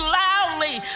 loudly